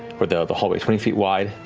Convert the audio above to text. or the the hallway, twenty feet wide,